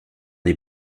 des